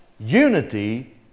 Unity